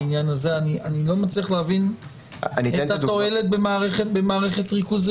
אני לא מבין מה התועלת במערכת ריכוזית.